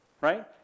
Right